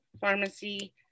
pharmacy